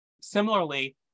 Similarly